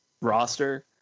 roster